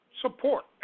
support